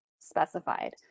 specified